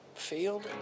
field